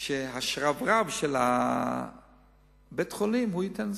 שגם השרברב של בית-החולים ייתן זריקות.